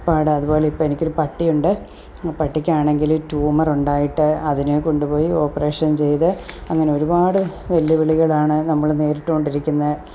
പാടാണ് അതുപോലെ ഇപ്പോൾ എനിക്കൊരു പട്ടിയുണ്ട് ആ പട്ടിക്കാണെങ്കിൽ ട്യുമർ ഉണ്ടായിട്ട് അതിനെ കൊണ്ടു പോയി ഓപ്പറേഷൻ ചെയ്ത് അങ്ങനെ ഒരുപാട് വെല്ലുവിളികളാണ് നമ്മൾ നേരിട്ടു കൊണ്ടിരിക്കുന്നത്